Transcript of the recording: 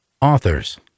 Authors